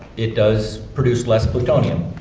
it does produce less plutonium.